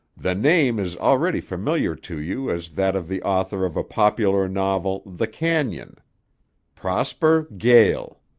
the name is already familiar to you as that of the author of a popular novel, the canon prosper gael.